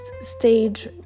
stage